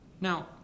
Now